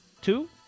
Two